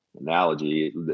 analogy